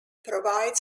provides